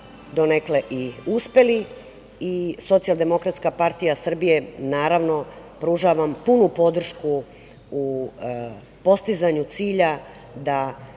donekle i uspeli. Socijaldemokratska partija Srbije, naravno, pruža vam punu podršku u postizanju cilja da